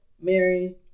Mary